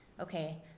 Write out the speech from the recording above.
okay